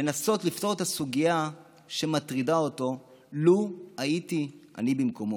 לנסות לפתור את הסוגיה שמטרידה אותו לו הייתי אני במקומו,